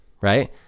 right